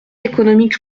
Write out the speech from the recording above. économique